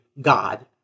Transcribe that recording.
god